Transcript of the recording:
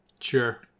Sure